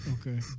Okay